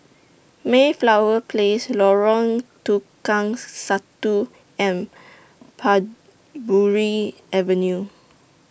Mayflower Place Lorong Tukang Satu and Parbury Avenue